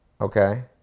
okay